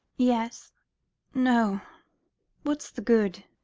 yes no what's the good?